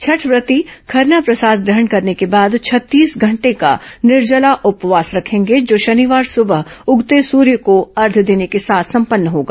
छठब्रती खरना प्रसाद ग्रहण करने के बाद छत्तीस घंटे का निर्जल उपवास रखेंगे जो शनिवार सुबह उगते सूरज को अर्घ्य देने के साथ संपन्न होगा